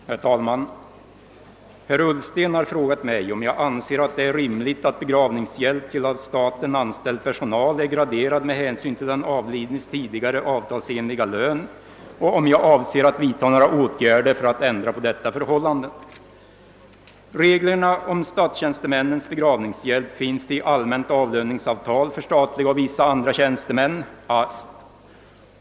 Herr talman! Herr Ullsten har frågat mig om jag anser att det är rimligt att begravningshjälp till av staten anställd personal är graderad med hänsyn till den avlidnes tidigare avtalsenliga lön och om jag avser att vidta några åtgärder för att ändra på detta förhållande. Reglerna om statstjänstemännens begravningshjälp finns i allmänt avlöningsavtal för statliga och vissa andra tjänstemän .